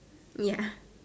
ya